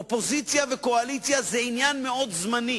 אופוזיציה וקואליציה זה עניין מאוד זמני.